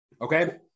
Okay